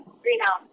greenhouse